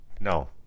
No